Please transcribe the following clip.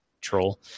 troll